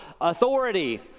authority